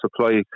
supply